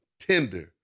tender